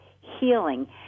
healing